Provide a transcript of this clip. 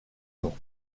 non